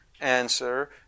answer